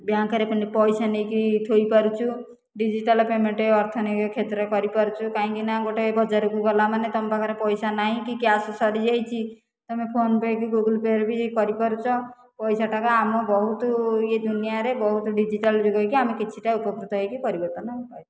ବ୍ୟାଙ୍କରେ ଖାଲି ପଇସା ନେଇକି ଥୋଇପାରୁଛୁ ଡିଜିଟାଲ ପେମେଣ୍ଟ ଅର୍ଥନୀତି କ୍ଷେତ୍ରରେ କରିପାରୁଛୁ କାହିଁକିନା ଗୋଟିଏ ବଜାରକୁ ଗଲାମାନେ ତୁମ ପାଖରେ ପଇସା ନାହିଁ କି କ୍ୟାସ ସରିଯାଇଛି ତୁମେ ଫୋନ ପେ' କି ଗୁଗୁଲ ପେ' କରିପାରୁଛ ପଇସା ଆମ ବହୁତ ଏ ଦୁନିଆଁରେ ବହୁତ ଡିଜିଟାଲ ଯୁଗ ହୋଇକି ଆମେ କିଛିଟା ଉପକୃତ ହୋଇକି ପରିବର୍ତ୍ତନ ପାଇପାରୁଛୁ